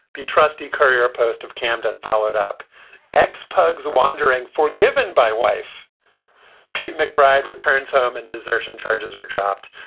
the trusty courier post of camden followed up ex pug's wandering forgiven by wife pete mcbride returns home and desertion charges are dropped.